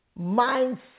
mindset